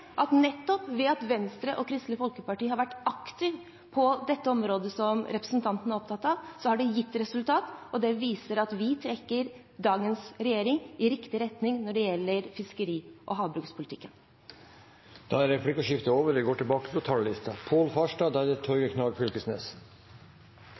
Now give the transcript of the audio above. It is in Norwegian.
at nettopp ved at Venstre og Kristelig Folkeparti har vært aktive på dette området, som representanten er opptatt av, så har det gitt resultater. Det viser at vi trekker dagens regjering i riktig retning når det gjelder fiskeri- og havbrukspolitikken. Replikkordskiftet er over. Norge står overfor to betydelige utfordringer som jeg synes det er